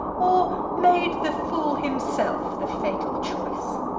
or made the fool himself the fatal choice?